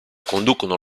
conducono